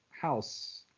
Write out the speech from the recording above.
house